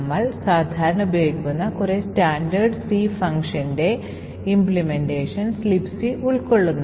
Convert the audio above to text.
നമ്മൾ സാധാരണ ഉപയോഗിക്കുന്ന കുറേ സ്റ്റാൻഡേർഡ് C functionsൻറെ implementations Libc ഉൾക്കൊള്ളുന്നു